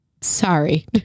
sorry